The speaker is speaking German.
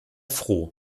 froh